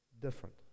different